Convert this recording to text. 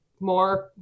more